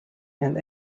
and